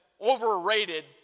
overrated